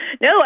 No